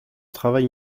travail